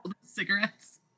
cigarettes